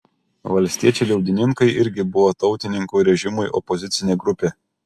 valstiečiai liaudininkai irgi buvo tautininkų režimui opozicinė grupė